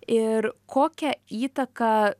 ir kokią įtaką